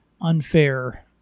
unfair